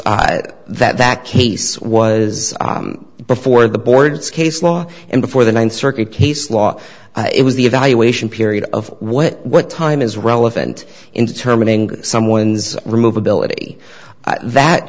was that that case was before the board's case law and before the ninth circuit case law it was the evaluation period of what what time is relevant in determining someone's remove ability that